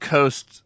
Coast